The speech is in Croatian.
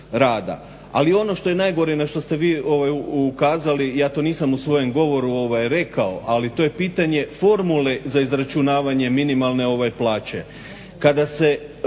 Ali ono što je najgore na što ste vi ukazali, ja to nisam u svome govoru rekao ali to je pitanje formule za izračunavanje minimalne ovaj